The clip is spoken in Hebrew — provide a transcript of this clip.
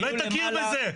תתנצל על מה שאמרת.